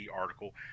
article